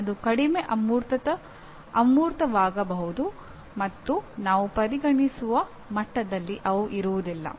ಅವು ಕಡಿಮೆ ಅಮೂರ್ತವಾಗಬಹುದು ಮತ್ತು ನಾವು ಪರಿಗಣಿಸುವ ಮಟ್ಟದಲ್ಲಿ ಅವು ಇರುವುದಿಲ್ಲ